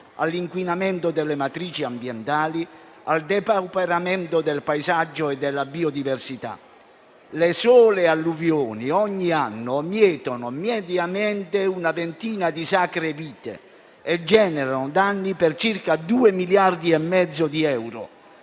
all'inquinamento delle matrici ambientali, al depauperamento del paesaggio e della biodiversità. Le sole alluvioni ogni anno mietono mediamente una ventina di sacre vite e generano danni per circa due miliardi e mezzo di euro.